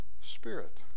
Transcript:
spirit